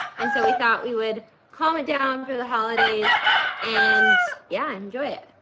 and so we thought we would calm it down for the holidays and yeah, enjoy it.